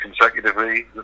consecutively